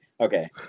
okay